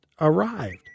arrived